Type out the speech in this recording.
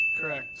Correct